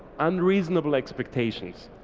unreasonable expectations.